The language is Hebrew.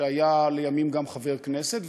שהיה לימים גם חבר כנסת,